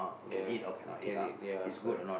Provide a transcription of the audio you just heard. yes it can it ya correct